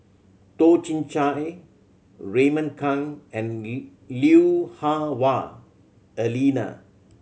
Toh Chin Chye Raymond Kang and Lui Hah Wah Elena